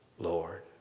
Lord